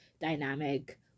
dynamic